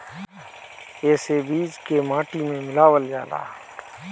एसे बीज के माटी में मिलावल जाला